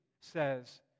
says